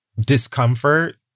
discomfort